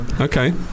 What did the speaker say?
okay